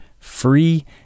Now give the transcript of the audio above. free